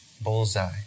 Bullseye